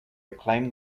reclaim